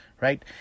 Right